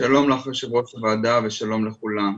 שלום לך, יושבת-ראש הוועדה, ושלום לכולם,